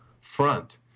front